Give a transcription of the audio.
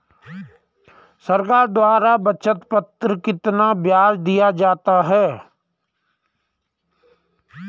सरकार द्वारा बचत पत्र पर कितना ब्याज दिया जाता है?